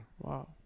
wow